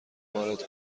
وارد